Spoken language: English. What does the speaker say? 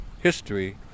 history